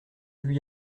lui